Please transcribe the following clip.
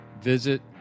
Visit